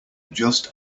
just